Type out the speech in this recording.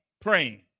praying